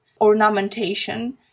ornamentation